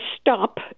stop